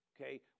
okay